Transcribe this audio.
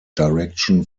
direction